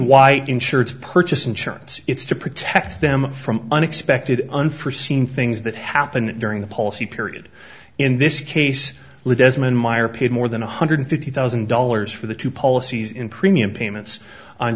why insurance purchased insurance it's to protect them from unexpected unforseen things that happen during the policy period in this case desmond meyer paid more than one hundred fifty thousand dollars for the two policies in premium payments on